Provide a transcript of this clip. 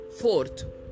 Fourth